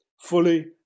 Fully